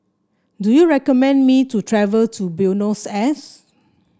do you recommend me to travel to Buenos Aires